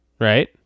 right